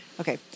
Okay